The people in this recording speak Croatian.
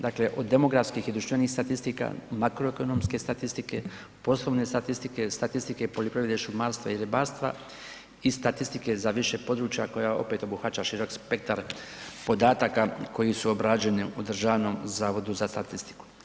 Dakle od demografskih i društvenih statistika, makroekonomske statistike, poslovne statistike, statistike poljoprivrede, šumarstva i ribarstva i statistike za više područja koja opet obuhvaća širok spektar podataka koji su obrađeni u Državnom zavodu za statistiku.